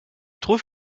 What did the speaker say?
trouves